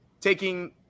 taking